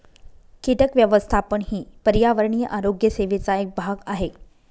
कीटक व्यवस्थापन सेवा ही पर्यावरणीय आरोग्य सेवेचा एक भाग आहे